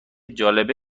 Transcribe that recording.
جالبه